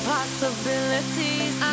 Possibilities